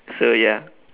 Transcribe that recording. so ya